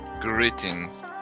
Greetings